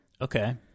Okay